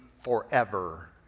forever